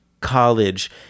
college